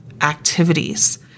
activities